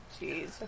Jeez